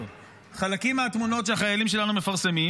חלקים מהתמונות שהחיילים שלנו מפרסמים,